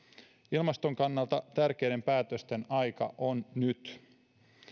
ilmaston kannalta tärkeiden päätösten aika on nyt